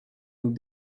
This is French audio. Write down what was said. nous